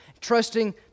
trusting